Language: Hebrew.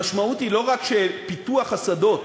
המשמעות היא לא רק שפיתוח השדות